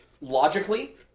logically